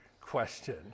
question